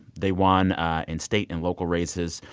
they won in state and local races,